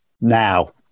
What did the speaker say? now